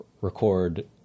record